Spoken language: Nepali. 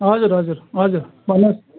हजुर हजुर हजुर भन्नुहोस्